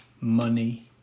money